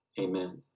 amen